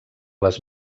les